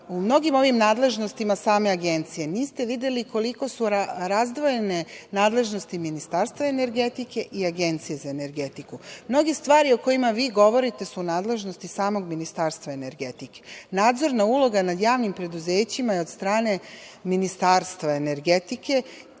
u mnogim ovim nadležnostima same agencije niste videli koliko su razdvojene nadležnosti Ministarstva energetike i Agencije za energetiku. Mnoge stvari o kojima vi govorite su u nadležnosti samog ministarstva energetike. Nadzorna uloga nad javnim preduzećima je od strane Ministarstva energetike,